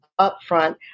upfront